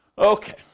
Okay